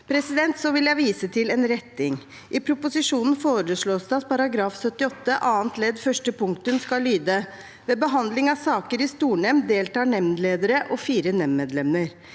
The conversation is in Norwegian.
anvendelse. Så vil jeg vise til en retting. I proposisjonen foreslås det at § 78 annet ledd første punktum skal lyde: «Ved behandling av saker i stornemnd deltar nemndledere og fire nemndmedlemmer.»